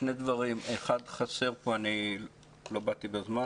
שני דברים, אני לא באתי בזמן